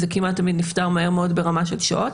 זה כמעט תמיד נפתר מהר מאוד ברמה של שעות.